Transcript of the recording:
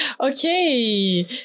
Okay